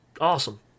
awesome